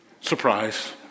Surprise